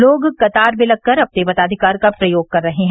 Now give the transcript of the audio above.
लोग कतार में लग कर अपने मताधिकार का प्रयोग कर रहे हैं